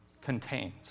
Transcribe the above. contains